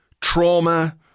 trauma